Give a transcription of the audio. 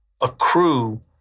accrue